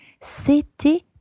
C'était